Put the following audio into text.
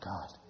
God